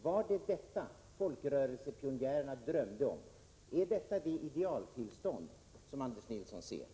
Var det detta folkrörelsepionjärerna drömde om? Är detta det idealtillstånd Anders Nilsson önskar?